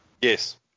yes